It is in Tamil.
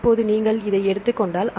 இப்போது நீங்கள் இதை எடுத்துக் கொண்டால்